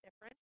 different